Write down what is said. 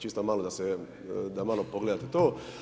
Čisto malo da se, da malo pogledate to.